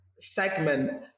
segment